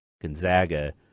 Gonzaga